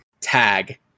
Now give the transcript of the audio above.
tag